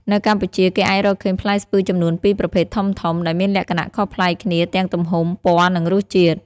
នៅកម្ពុជា គេអាចរកឃើញផ្លែស្ពឺចំនួន ២ ប្រភេទធំៗ ដែលមានលក្ខណៈខុសប្លែកគ្នាទាំងទំហំ ពណ៌ និងរសជាតិ។